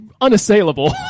unassailable